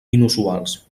inusuals